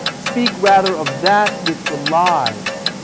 speak rather of that which relies,